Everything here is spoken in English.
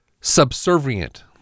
subservient